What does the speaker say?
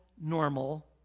normal